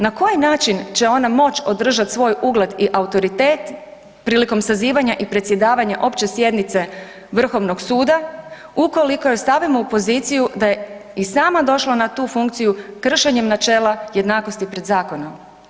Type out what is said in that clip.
Na koji način će ona moći održat svoj ugled i autoritet prilikom sazivanja i predsjedavanja opće sjednice Vrhovnog suda ukoliko je stavimo u poziciju da je i sama došla na tu funkciju kršenjem načela jednakosti pred zakonom?